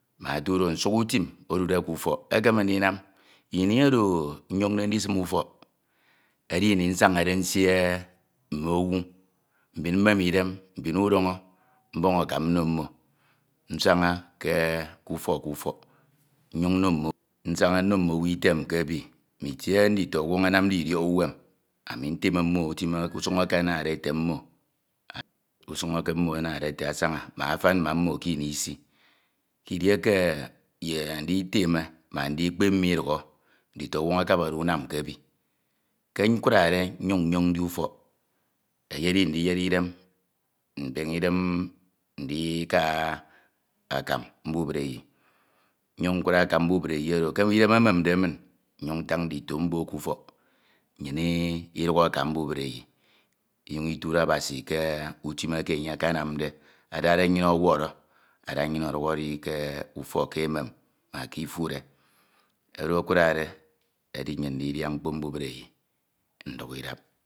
utim odude kufọk ekeme ndinam ini oro nyoñde ndisnn ufọk edi wu nsanade nsie mmo wu mbin mmemide mbin udọñọ mbọñ akam nno mmo nsaña ke k ufọk kufọk nnyin nno nsaña nno mmowu otem kiebi mmitie nditọñ wọñ anamde idiek uwem. ami nteme mmo utim usuñ eke anade mmo usuñ eke anade ate mano asaña mbak ofan ma mmo kini isi kidieke ye anditeme ndito nwoñ akabade umam kr ebi ke nkwade nyin nyoñ ndi ufọk eyedi udiyere idem mbeñe idem ndika akan mbubreyi nyiñ nkura akan mbubreyi oro, ke idem ememde min nnyin ntañ ndito mbok ƙufok nnyin iduk akan mbubreyi inyiñ iture Abasi kutim eke enye akanamde adade nnyin ọwọrọ ọnyuñ adade nnyin ọdik edi ke emen ma ke iture. Oro akurade edi nnyin ndidia mkpo mbubreyi nduk idap.